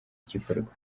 igikorwa